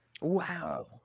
Wow